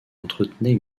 entretenait